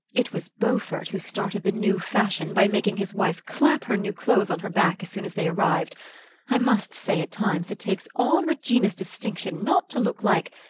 it was beaufort who started the new fashion by making his wife clap her new clothes on her back as soon as they arrived i must say at times it takes all regina's distinction not to look like.